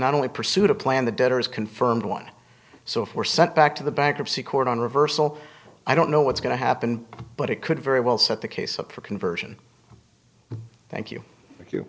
not only pursued a plan the debtor has confirmed one so if we're sent back to the bankruptcy court on reversal i don't know what's going to happen but it could very well set the case up for conversion thank you thank you